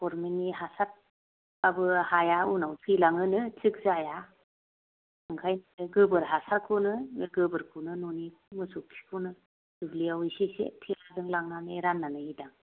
गरमेननि हासार बाबो हाया उनाव थैलाङोनो थिग जाया ओंखायनो गोबोर हासारखौनो गोबोरखौनो न'नि मोसौ खिखौनो दुब्लियाव एसे एसे थेलाजों लांनानै राननानै हैदां